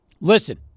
Listen